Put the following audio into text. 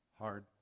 Hard